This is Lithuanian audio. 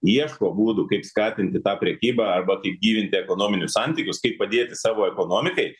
ieško būdų kaip skatinti tą prekybą arba kaip gyvinti ekonominius santykius kaip padėti savo ekonomikai